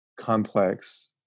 complex